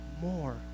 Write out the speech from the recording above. more